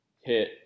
hit